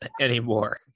anymore